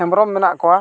ᱦᱮᱢᱵᱽᱨᱚᱢ ᱢᱮᱱᱟᱜ ᱠᱚᱣᱟ